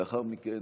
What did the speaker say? לאחר מכן,